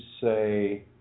say